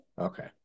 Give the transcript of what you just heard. Okay